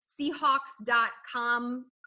Seahawks.com